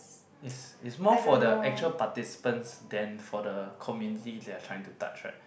is is more for the actual participants than for the community they are trying to touch right